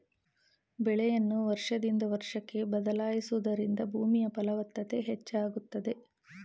ಬೆಳೆಯನ್ನು ವರ್ಷದಿಂದ ವರ್ಷಕ್ಕೆ ಬದಲಾಯಿಸುವುದರಿಂದ ಭೂಮಿಯ ಫಲವತ್ತತೆ ಹೆಚ್ಚಾಗುತ್ತದೆ